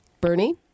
Bernie